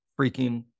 freaking